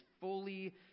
fully